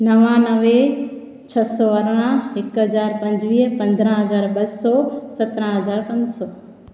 नवानवें छह सौ अरिड़हं हिकु हज़ार पंजवीह पंद्राहं हज़ार ॿ सौ सतिरहं हज़ार पंज सौ